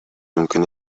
мүмкүн